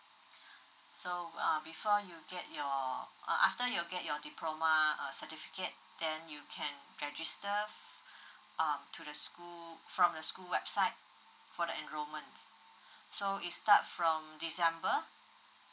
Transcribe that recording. so uh refer you get your uh after you get your diploma uh certificate then you can register um to the school from the school website for the enrollments so it start from december